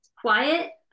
quiet